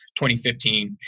2015